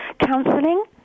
counselling